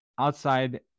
outside